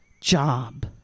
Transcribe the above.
job